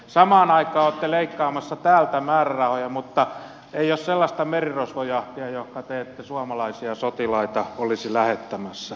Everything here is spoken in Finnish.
samaan aikaan olette leikkaamassa täältä määrärahoja mutta ei ole sellaista merirosvojahtia johonka te ette suomalaisia sotilaita olisi lähettämässä